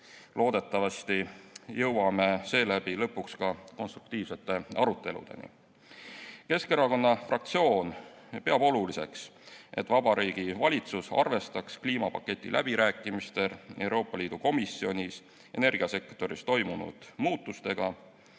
Loodetavasti jõuame seeläbi lõpuks ka konstruktiivsete aruteludeni. Keskerakonna fraktsioon peab oluliseks, et Vabariigi Valitsus arvestaks kliimapaketi läbirääkimistel Euroopa Liidu Komisjonis energiasektoris toimunud muutustega.